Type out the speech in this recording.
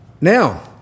Now